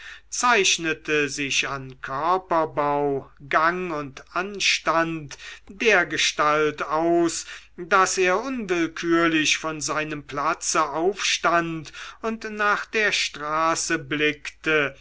zeichnete sich an körperbau gang und anstand dergestalt aus daß er unwillkürlich von seinem platze aufstand und nach der straße blickte